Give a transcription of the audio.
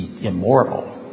immortal